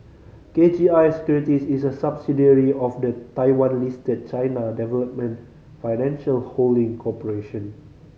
K G I Securities is a subsidiary of the Taiwan Listed China Development Financial Holding Corporation